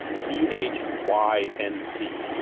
t h y n c.